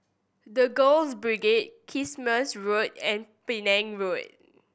The Girls Brigade Kismis Road and Penang Road